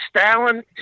Stalin